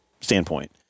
standpoint